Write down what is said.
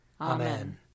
Amen